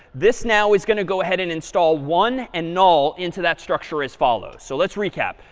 this now is going to go ahead and install one and null into that structure as follows. so let's recap.